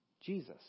Jesus